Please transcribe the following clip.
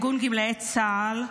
ארגון גמלאי צה"ל,